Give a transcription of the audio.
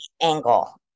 angle